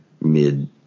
mid